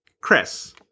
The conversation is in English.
chris